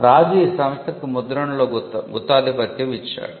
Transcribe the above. రాజు ఈ సంస్థకు ముద్రణలో గుత్తాధిపత్యం ఇచ్చాడు